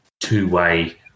Two-way